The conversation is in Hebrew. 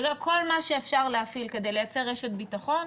כל מה שאפשר להפעיל כדי לייצר רשת ביטחון,